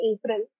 April